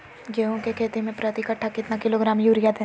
गेंहू की खेती में प्रति कट्ठा कितना किलोग्राम युरिया दे?